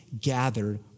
gathered